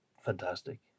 fantastic